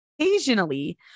occasionally